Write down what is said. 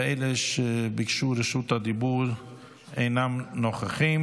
ואלה שביקשו רשות דיבור אינם נוכחים.